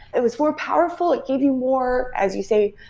it was more powerful. it gave you more, as you say,